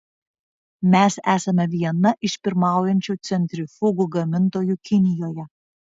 mes esame viena iš pirmaujančių centrifugų gamintojų kinijoje